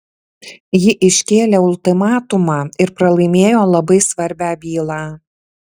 ji iškėlė ultimatumą ir pralaimėjo labai svarbią bylą